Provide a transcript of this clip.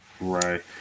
Right